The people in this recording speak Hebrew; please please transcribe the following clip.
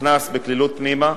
נכנס בקלילות פנימה,